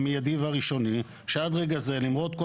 המיידי והראשוני שעד רגע זה למרות כל